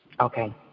Okay